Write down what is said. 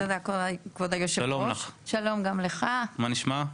שלום לך, מה נשמע?